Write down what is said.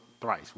thrice